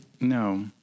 no